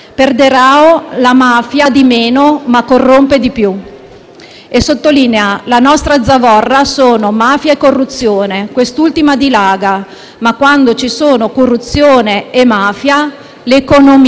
spara di meno, ma corrompe di più e sottolinea: la nostra zavorra sono mafia e corruzione, quest'ultima dilaga, ma quando ci sono corruzione e mafia l'economia va a fondo.